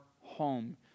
home